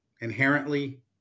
Inherently